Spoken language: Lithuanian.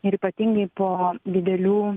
ir ypatingai po didelių